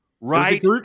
right